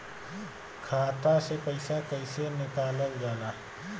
खाता से पैसा कइसे निकालल जाला?